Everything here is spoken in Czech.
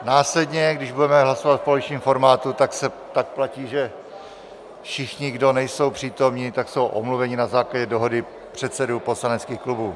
Následně, když budeme hlasovat v polovičním formátu, platí, že všichni, kdo nejsou přítomni, jsou omluveni na základě dohody předsedů poslaneckých klubů.